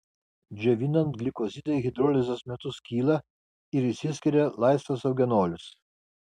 džiovinant glikozidai hidrolizės metu skyla ir išsiskiria laisvas eugenolis